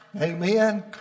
Amen